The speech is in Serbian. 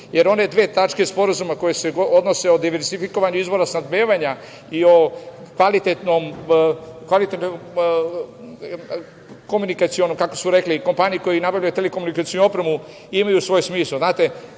jer one dve tačke sporazuma koje se odnose o dizerfikovanju izbora snabdevanja i o kvalitetnom komunikacionom, kako su rekli, kompaniji koja nabavlja telekomunikacionu opremu imaju svoj smisao. Znate,